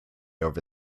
over